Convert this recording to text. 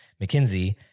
McKinsey